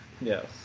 Yes